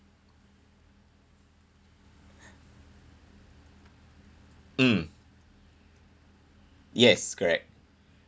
mm yes correct